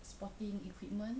sporting equipment